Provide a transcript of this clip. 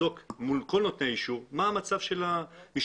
לבדוק מול כל נותני האישור מה המצב של המשטרה,